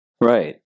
Right